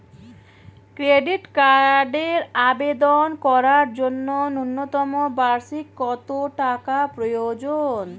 Credit কার্ডের আবেদন করার জন্য ন্যূনতম বার্ষিক কত টাকা প্রয়োজন?